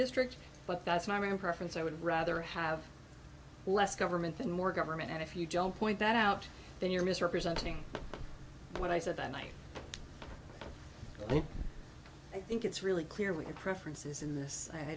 district but that's my own preference i would rather have less government and more government and if you jump point that out then you're misrepresenting what i said and i think i think it's really clear we have preferences in this